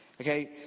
Okay